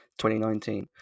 2019